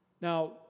Now